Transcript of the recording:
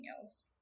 else